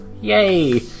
Yay